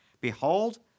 Behold